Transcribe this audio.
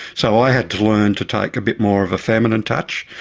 so i had to learn to take a bit more of a feminine touch,